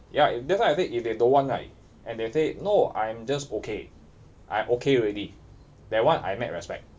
ya that's why I say if they don't want right and they say no I'm just okay I okay already that one I mad respect